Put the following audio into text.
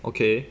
okay